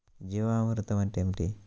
జీవామృతం అంటే ఏమిటి?